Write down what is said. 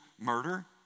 murder